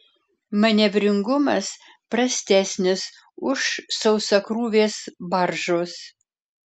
manevringumas prastesnis už sausakrūvės baržos